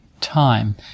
time